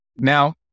Now